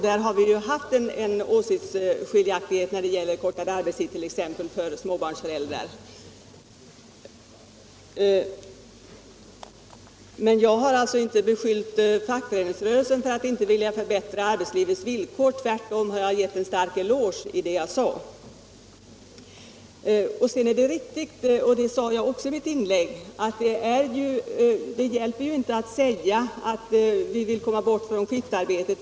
Vi har ju en åsiktsskiljaktighet när det gäller kortare arbetstid för småbarnsföräldrar. Men jag har inte beskyllt fackföreningsrörelsen för att inte allmänt vilja förbättra arbetslivets villkor. Tvärtom har jag med det som jag sade givit fackföreningsrörelsen en eloge för detta. Det är också riktigt, vilket jag framhöll i mitt inlägg, att det inte hjälper att säga att vi vill komma bort från skiftarbetet.